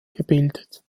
gebildet